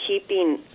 keeping